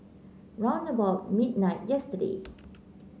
round about midnight yesterday